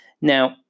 Now